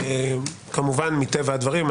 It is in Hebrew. כמובן מטבע הדברים,